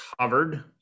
covered